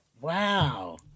Wow